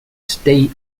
state